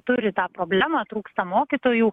turi tą problemą trūksta mokytojų